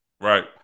Right